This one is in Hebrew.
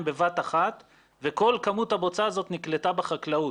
בבת אחת וכל כמות הבוצה הזו נקלטה בחקלאות.